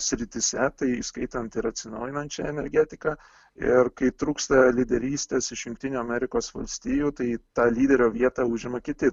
srityse tai įskaitant ir atsinaujinančią energetiką ir kai trūksta lyderystės iš jungtinių amerikos valstijų tai tą lyderio vietą užima kiti